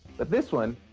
but this one,